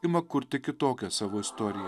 ima kurti kitokią savo istoriją